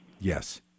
Yes